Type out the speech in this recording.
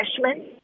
freshmen